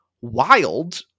wild